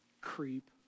creep